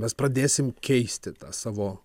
mes pradėsim keisti tą savo